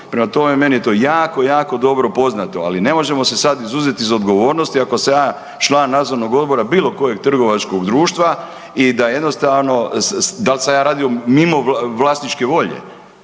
prema tome meni je to jako, jako dobro poznato, ali ne možemo se sada izuzeti iz odgovornosti ako sam ja član nadzornog odbora bilo kojeg trgovačkog društva i da jednostavno, dal sam ja radio mimo vlasničke volje.